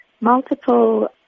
multiple